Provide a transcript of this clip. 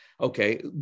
Okay